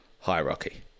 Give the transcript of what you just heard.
hierarchy